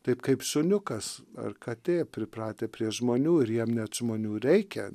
taip kaip šuniukas ar katė pripratę prie žmonių ir jam net žmonių reikia